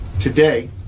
Today